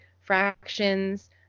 fractions